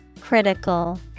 Critical